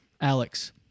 alex